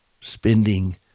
spending